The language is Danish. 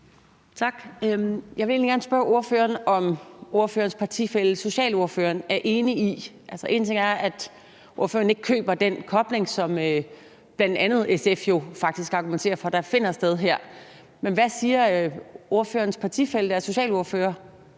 Tak. Jeg vil egentlig gerne spørge ordføreren, om ordførerens partifælle socialordføreren er enig. Altså, én ting er, at ordføreren ikke køber den kobling, som bl.a. SF jo faktisk argumenterer for finder sted her, men hvad siger ordførerens partifælle, der er socialordfører?